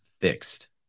fixed